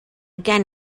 gen